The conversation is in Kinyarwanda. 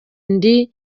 ndi